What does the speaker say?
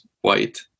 white